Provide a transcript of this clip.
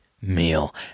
meal